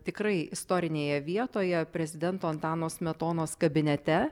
tikrai istorinėje vietoje prezidento antano smetonos kabinete